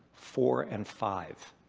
four, and five.